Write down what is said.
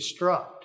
destruct